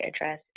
address